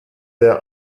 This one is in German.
der